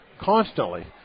constantly